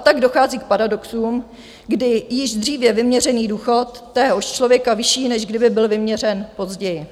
Tak dochází k paradoxům, kdy je již dříve vyměřený důchod téhož člověka vyšší, než kdyby byl vyměřen později.